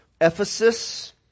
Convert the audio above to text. Ephesus